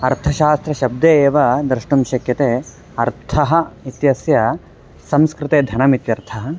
अर्थशास्त्रशब्दे एव द्रष्टुं शक्यते अर्थः इत्यस्य संस्कृते धनम् इत्यर्थः